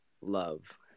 Love